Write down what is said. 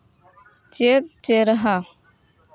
ᱪᱮᱫ ᱪᱮᱦᱨᱟ